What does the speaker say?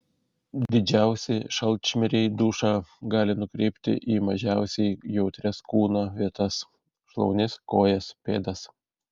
didžiausi šalčmiriai dušą gali nukreipti į mažiausiai jautrias kūno vietas šlaunis kojas pėdas